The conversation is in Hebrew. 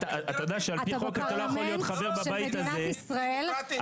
חבר הכנסת סעדי,